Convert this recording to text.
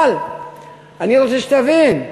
אבל אני רוצה שתבין,